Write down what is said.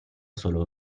solo